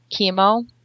chemo